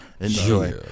Enjoy